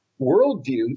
worldview